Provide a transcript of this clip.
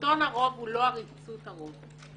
שלטון הרוב הוא לא עריצות הרוב,